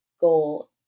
goal